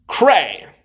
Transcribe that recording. Cray